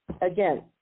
again